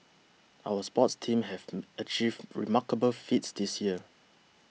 our sports teams have achieved remarkable feats this year